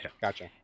Gotcha